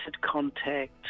contact